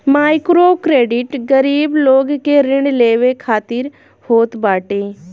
microcredit गरीब लोग के ऋण लेवे खातिर होत बाटे